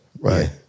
Right